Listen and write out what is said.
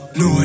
no